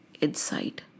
inside